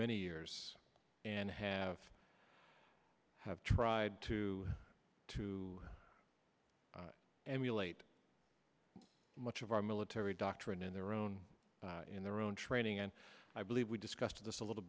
many years and have have tried to to emulate much of our military doctrine in their own in their own training and i believe we discussed this a little